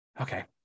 Okay